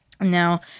Now